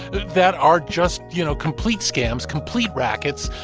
that are just, you know, complete scams, complete rackets.